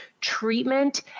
treatment